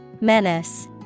Menace